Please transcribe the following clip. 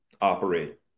operate